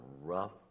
rough